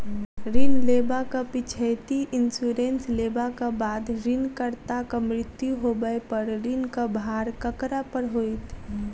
ऋण लेबाक पिछैती इन्सुरेंस लेबाक बाद ऋणकर्ताक मृत्यु होबय पर ऋणक भार ककरा पर होइत?